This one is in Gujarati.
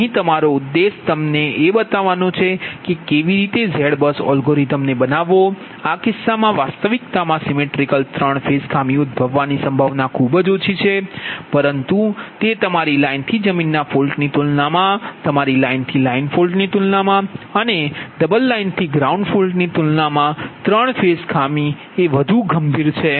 અહીં મારો ઉદ્દેશ તમને એ બતાવવાનો છે કે કેવી રીતે Z બસ અલ્ગોરિધમ ને બનાવવો આ કિસ્સામાં વાસ્તવિકતા માં symmetrical સિમેટ્રિકલ ત્રણ ફેઝ ખામી ઉદભવવાની સંભાવના ખૂબ જ ઓછી છે પરંતુ તે તમારી લાઇનથી જમીનના ફોલ્ટની તુલનામાં તમારી લાઇનથી લાઇન ફોલ્ટની તુલનામાં અથવા તો ડબલ લાઇનથી ગ્રાઉન્ડ ફોલ્ટની તુલનામાં symmetrical સિમેટ્રિકલ ત્રણ ફેઝ ખામી એ વધુ ગંભીર દોષ છે